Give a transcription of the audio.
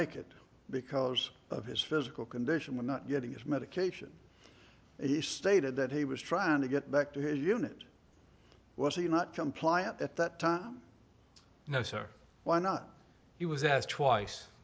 make it because of his physical condition of not getting his medication he stated that he was trying to get back to his unit was he not compliant at that time no sir why not he was asked twice